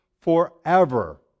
forever